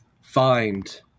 find